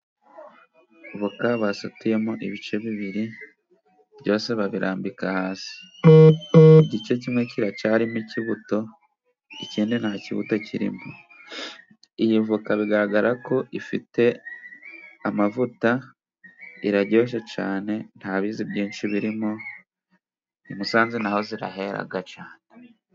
Avoka basatuyemo ibice bibiri byose babirambika hasi. Igice kimwe kiracyarimo ikibuto, ikindi nta kibuto kirimo. Iyi avoka bigaragara ko ifite amavuta, iraryoshye cyane. Nta bizi byinshi birimo. I musanze naho zirahera cyane.